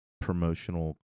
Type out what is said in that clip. promotional